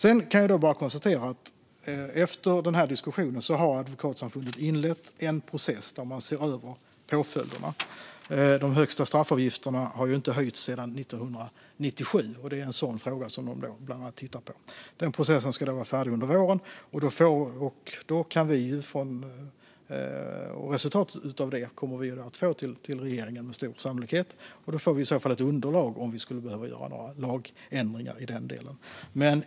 Efter den diskussion som har varit har Advokatsamfundet inlett en process för att se över påföljderna. De högsta straffavgifterna har inte höjts sedan 1997, och man tittar bland annat på den frågan. Denna process ska vara färdig under våren, och resultatet kan bli ett underlag för regeringen om lagändringar behöver göras.